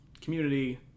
community